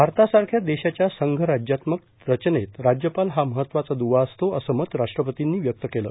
भारतासारख्या देशाच्या संघराज्यात्मक रचनेत राज्यपाल हा महत्त्वाचा दुवा असतो असं मत राष्ट्रपर्तीनी व्यक्त केलं